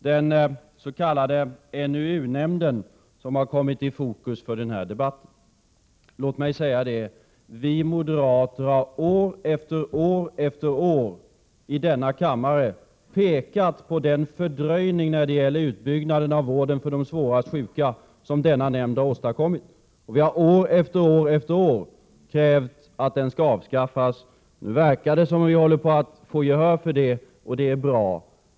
Jag börjar med NUU nämnden, som har kommit i fokus i denna debatt. Vi moderater har år efter år i denna kammare pekat på den fördröjning när det gäller utbyggnaden av vården för de svårast sjuka som denna nämnd är ansvarig för. Vi har år efter år krävt att den skall avskaffas. Nu verkar det som om vi håller på att få gehör för vårt krav. Det är bra.